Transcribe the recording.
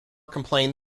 complained